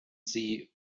sie